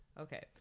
okay